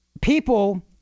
people